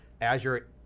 Azure